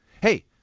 hey